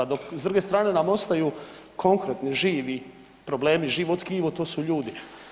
S druge strane nam ostaju konkretni živi problemi, živo tkivo to su ljudi.